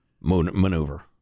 Maneuver